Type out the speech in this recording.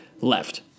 left